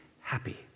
happy